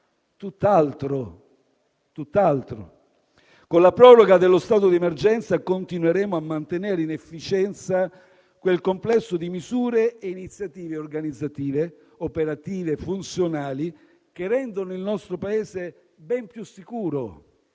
tutt'altro. Con la proroga dello stato di emergenza continueremo a mantenere in efficienza quel complesso di misure e iniziative organizzative, operative e funzionali che rendono il nostro Paese ben più sicuro,